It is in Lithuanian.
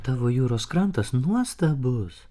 tavo jūros krantas nuostabus